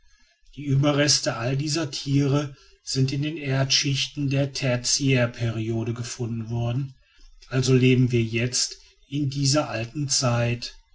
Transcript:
die überreste aller dieser tiere sind in den erdschichten der tertiärperiode gefunden worden also leben wir jetzt in dieser alten zeit